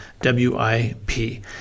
W-I-P